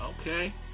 Okay